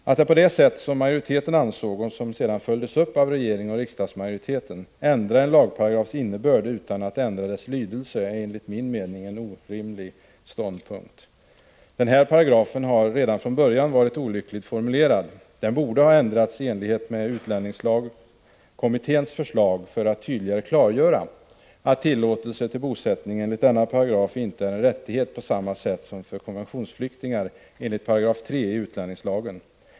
Att på det sätt som majoriteten ansåg och som följdes upp av regering och riksdagsmajoriteten ändra en lagparagrafs innebörd utan att ändra dess lydelse, är enligt min mening en orimlig ståndpunkt. Den här paragrafen har redan från början varit olyckligt formulerad. Den borde ha ändrats i enlighet med utlänningslagkommitténs förslag för att tydligare klargöra att tillåtelse till bosättning enligt denna paragraf inte är en rättighet på samma sätt som för konventionsflyktingar enligt 3 § i utlänningslagen.